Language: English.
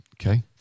Okay